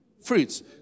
fruits